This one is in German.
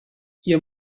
ihr